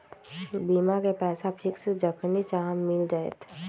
बीमा के पैसा फिक्स जखनि चाहम मिल जाएत?